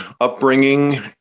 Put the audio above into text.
upbringing